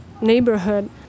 neighborhood